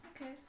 Okay